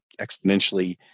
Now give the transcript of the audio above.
exponentially